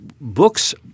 books